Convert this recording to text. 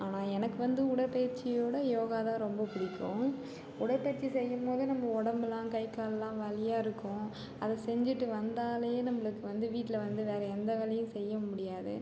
ஆனால் எனக்கு வந்து உடற்பயிற்சியோட யோகா தான் ரொம்ப பிடிக்கும் உடற்பயிற்சி செய்யும்போது நம் உடம்பலாம் கை கால்லாம் வலியாக இருக்கும் அதை செஞ்சுட்டு வந்தாலே நம்பளுக்கு வந்து வீட்டில் வந்து வேறு எந்த வேலையும் செய்ய முடியாது